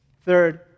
Third